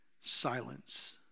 Silence